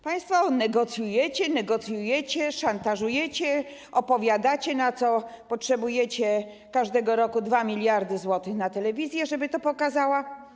Państwo negocjujecie, negocjujecie, szantażujecie, opowiadacie, na co potrzebujecie każdego roku 2 mld zł - na telewizję, żeby to pokazała.